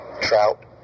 Trout